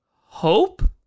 Hope